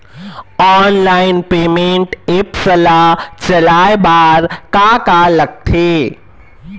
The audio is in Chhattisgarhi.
ऑनलाइन पेमेंट एप्स ला चलाए बार का का लगथे?